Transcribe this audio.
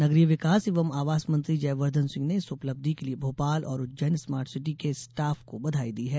नगरीय विकास एवं आवास मंत्री जयवर्द्वन सिंह ने इस उपलब्धि के लिए भोपाल और उज्जैन स्मार्ट सिटी के स्टॉफ को बधाई दी है